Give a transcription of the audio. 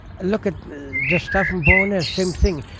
ah look at the stuff in bowness, same thing,